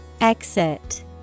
Exit